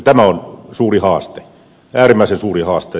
tämä on suuri haaste äärimmäisen suuri haaste